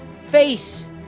face